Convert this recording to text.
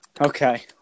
Okay